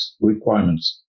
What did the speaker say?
requirements